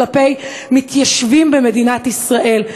כלפי מתיישבים במדינת ישראל,